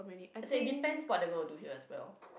as in it depends what they gonna do here as well